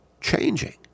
changing